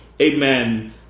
Amen